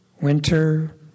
winter